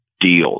Deals